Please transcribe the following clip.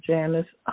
Janice